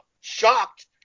shocked